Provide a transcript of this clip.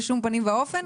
בשום פנים ואופן.